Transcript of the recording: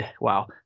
Wow